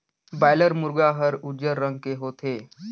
boiler मुरगा हर उजर रंग के होथे